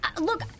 Look